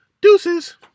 Deuces